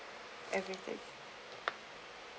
everything